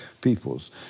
peoples